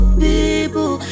people